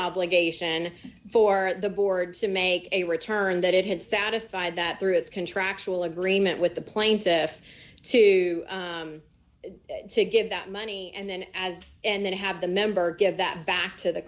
obligation for the board to make a return that it had satisfied that through its contractual agreement with the plaintiff to to give that money and then as and then have the member give that back to the